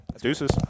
Deuces